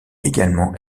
également